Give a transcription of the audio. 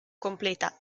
completa